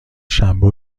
شنبه